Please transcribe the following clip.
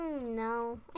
No